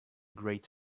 great